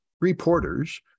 reporters